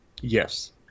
yes